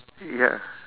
ya